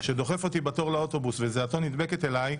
שדוחף אותי בתור לאוטובוס וזיעתו נדבקת אלי,